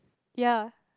ya